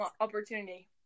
opportunity